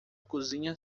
cozinha